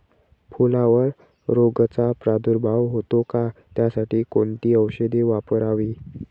फुलावर रोगचा प्रादुर्भाव होतो का? त्यासाठी कोणती औषधे वापरावी?